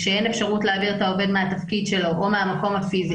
כשאין אפשרות להעביר את העובד מהתפקיד שלו או מהמקום הפיזי